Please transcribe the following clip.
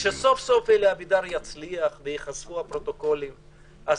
וכשסוף סוף אלי אבידר יצליח וייחשפו הפרוטוקולים אז